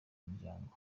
umuryango